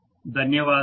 ధన్యవాదాలు